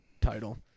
title